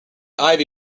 ivy